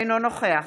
אינו נוכח